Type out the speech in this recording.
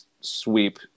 sweep